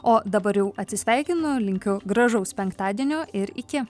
o dabar jau atsisveikinu linkiu gražaus penktadienio ir iki